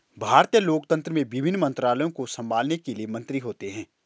भारतीय लोकतंत्र में विभिन्न मंत्रालयों को संभालने के लिए मंत्री होते हैं